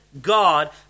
God